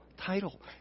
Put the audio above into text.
title